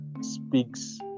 speaks